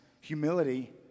humility